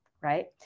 right